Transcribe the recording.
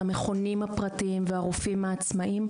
המכונים הפרטיים והרופאים העצמאיים,